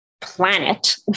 planet